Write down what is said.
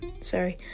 Sorry